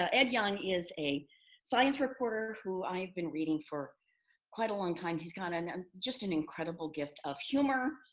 ah ed young is a science reporter who i've been reading for quite a long time. he's got and um just an incredible gift of humor,